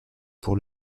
pour